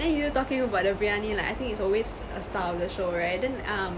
then you talking about the biryani like I think it's always a star of the show right then um